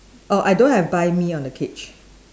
oh I don't have buy me on the cage